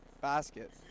basket